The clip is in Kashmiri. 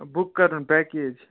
بُک کَرُن پیکیج